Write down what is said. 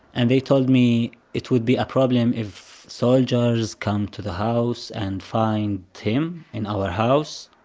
and they told me, it would be a problem if soldiers come to the house and find him in our house.